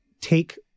take